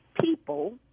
people